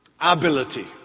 ability